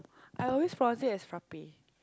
I always pronounce it as frappe